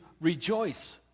rejoice